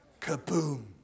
Kaboom